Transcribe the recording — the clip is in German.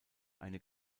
eine